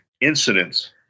incidents